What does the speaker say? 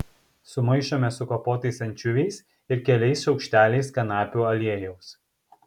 sumaišome su kapotais ančiuviais ir keliais šaukšteliais kanapių aliejaus